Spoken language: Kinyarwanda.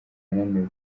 yananiwe